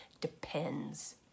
depends